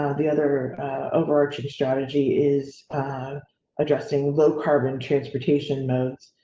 ah the other overarching strategy is addressing low carbon transportation modes